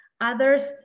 others